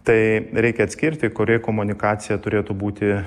tai reikia atskirti kuri komunikacija turėtų būti